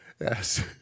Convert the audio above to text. Yes